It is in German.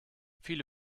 viele